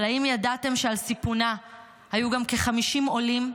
אבל האם ידעתם שעל סיפונה היו גם כ-50 עולים,